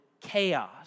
chaos